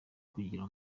kugira